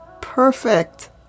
Perfect